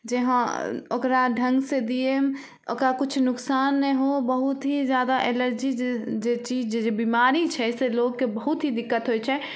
जे हँ ओकरा ढङ्ग से दियै ओकरा किछु नुकसान ने हो बहुत ही जादा एलर्जी जे चीज जे बिमारी छै से लोकके बहुत ही दिक्कत होइ छै